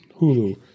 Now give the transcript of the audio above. Hulu